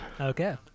Okay